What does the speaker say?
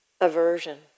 aversion